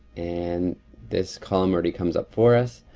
and this column already comes up for us.